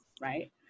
right